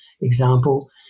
example